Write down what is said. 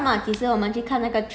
what popcorn